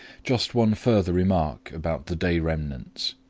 just one further remark about the day remnants.